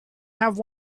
have